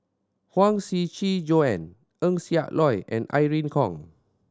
Huang Shiqi Joan Eng Siak Loy and Irene Khong